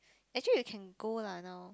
actually you can go lah now